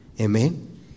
Amen